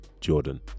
Jordan